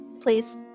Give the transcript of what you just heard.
Please